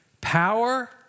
power